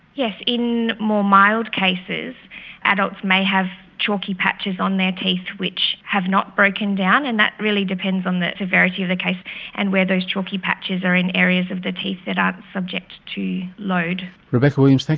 yes. in more mild cases adults may have chalky patches on their teeth which have not broken down, and that really depends on the severity of the case and where those chalky patches are in areas of the teeth that aren't subject to load. rebecca williams,